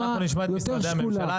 אנחנו נשמע את משרדי הממשלה.